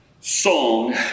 song